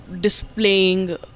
displaying